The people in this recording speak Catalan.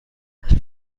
les